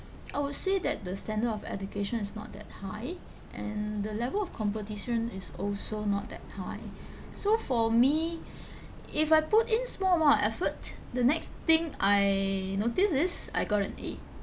I would say that the standard of education is not that high and the level of competition is also not that high so for me if I put in small amount of effort the next thing I notice is I got an A